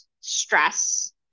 stress